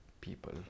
people